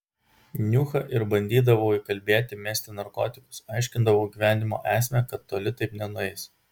niuchą ir bandydavau įkalbėti mesti narkotikus aiškindavau gyvenimo esmę kad toli taip nenueis